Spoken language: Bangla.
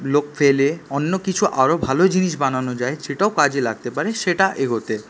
লোক পেলে অন্য কিছু আরো ভালো জিনিস বানানো যায় সেটাও কাজে লাগতে পারে সেটা এগোতে